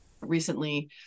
recently